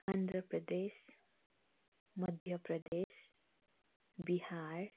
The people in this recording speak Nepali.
आन्ध्र प्रदेश मध्य प्रदेश बिहार